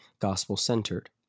gospel-centered